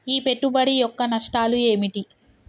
ఈ పెట్టుబడి యొక్క నష్టాలు ఏమిటి?